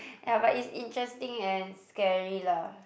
ya but it's interesting and scary lah